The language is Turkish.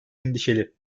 endişeli